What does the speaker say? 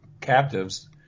captives